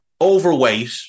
overweight